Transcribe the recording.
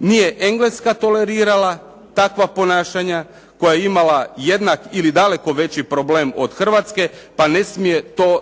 Nije Engleska tolerirala takva ponašanja koja je imala jednak ili daleko veći problem od Hrvatske, pa ne smije to